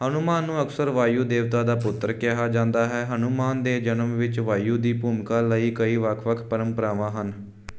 ਹਨੂੰਮਾਨ ਨੂੰ ਅਕਸਰ ਵਾਯੂ ਦੇਵਤਾ ਦਾ ਪੁੱਤਰ ਕਿਹਾ ਜਾਂਦਾ ਹੈ ਹਨੂੰਮਾਨ ਦੇ ਜਨਮ ਵਿੱਚ ਵਾਯੂ ਦੀ ਭੂਮਿਕਾ ਲਈ ਕਈ ਵੱਖ ਵੱਖ ਪਰੰਪਰਾਵਾਂ ਹਨ